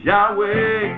Yahweh